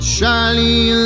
Charlie